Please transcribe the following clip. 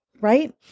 right